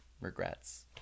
regrets